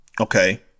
Okay